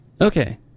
Okay